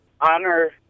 Honor